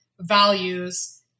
values